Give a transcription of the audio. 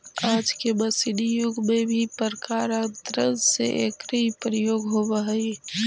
आज के मशीनी युग में भी प्रकारान्तर से एकरे ही प्रयोग होवऽ हई